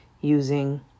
using